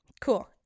Cool